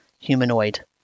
humanoid